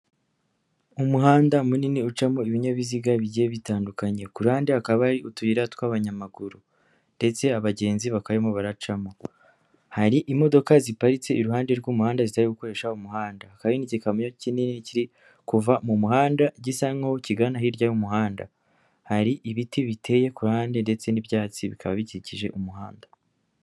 Umuhanda munini ucamo ibinyabiziga bigiye bitandukanye, ku rande hakaba hari utuyira tw'abanyamaguru ndetse abagenzi bakaba barimo baracamo, hari imodoka ziparitse iruhande rw'umuhanda zitari gukoresha umuhanda, hakaba hari n'igikamyo kinini kiri kuva mu muhanda gisa nk'aho kigana hirya y'umuhanda, hari ibiti biteye ku ruhande ndetse n'ibyatsi bikaba bikikije umuhanda.